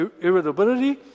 irritability